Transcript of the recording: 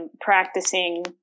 practicing